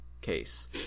case